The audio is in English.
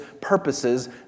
purposes